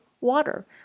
water